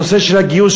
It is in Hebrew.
הנושא של הגיוס,